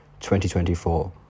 2024